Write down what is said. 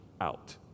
out